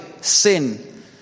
sin